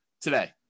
today